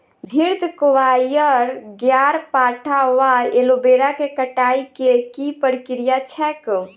घृतक्वाइर, ग्यारपाठा वा एलोवेरा केँ कटाई केँ की प्रक्रिया छैक?